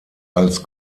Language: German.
als